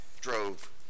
drove